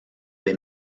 des